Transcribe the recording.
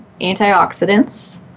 antioxidants